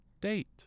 date